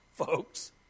Folks